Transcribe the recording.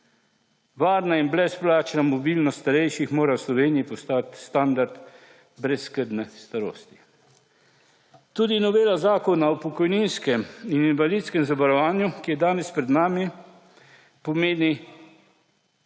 Varna in brezplačna mobilnost starejših mora v Sloveniji postati standard brezskrbne starosti. Tudi novela Zakona o pokojninskem in invalidskem zavarovanju, ki je danes pred nami, pomeni